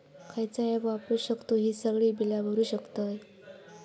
खयचा ऍप वापरू शकतू ही सगळी बीला भरु शकतय?